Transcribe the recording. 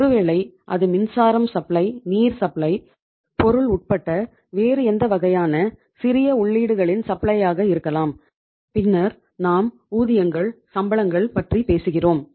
ஒருவேளை அது மின்சாரம் சப்ளை இருக்கலாம் பின்னர் நாம் ஊதியங்கள் சம்பளங்கள் பற்றி பேசுகிரோம்